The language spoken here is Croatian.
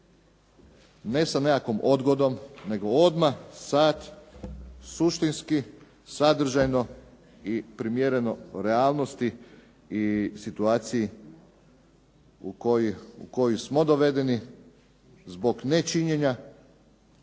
ne sa nekakvom odgodom, nego odmah sad suštinski, sadržajno i primjereno realnosti i situaciji u koju smo dovedeni zbog nečinjenja